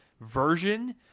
version